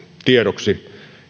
tiedoksi